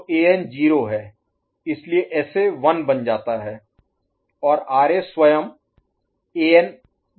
तो एन 0 है इसलिए एसए 1 बन जाता है और आरए स्वयं एन बन जाता है